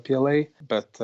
pla bet